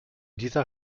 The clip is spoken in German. dieser